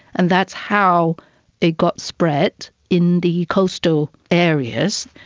and that's how it got spread in the coastal areas.